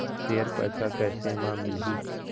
Share पैसा कैसे म मिलही?